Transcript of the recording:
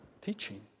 teaching